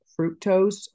fructose